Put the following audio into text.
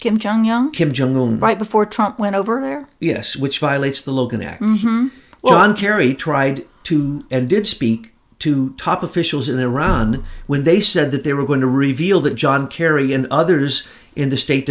kim jong un kim jong il might before trump went over there yes which violates the logan act or on kerry tried to and did speak to top officials in iran when they said that they were going to reveal that john kerry and others in the state